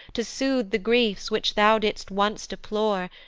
to sooth the griefs, which thou did'st once deplore.